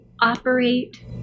operate